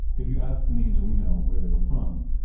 if you asked any angeleno where they were from,